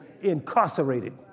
incarcerated